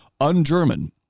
un-German